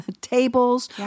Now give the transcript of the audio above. tables